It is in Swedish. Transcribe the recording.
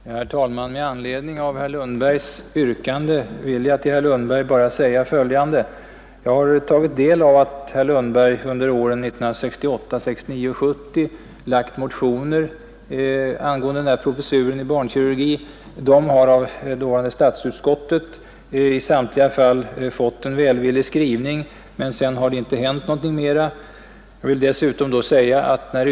Herr talman! Med anledning av herr Lundbergs yrkande vill jag säga, att jag noterat att herr Lundberg under åren 1968, 1969 och 1970 väckt motioner angående professur i barnkirurgi. Dessa motioner har i samtliga fall fått en välvillig skrivning av det dåvarande statsutskottet, men sedan har ingenting mera hänt, sade herr Lundberg.